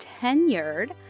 tenured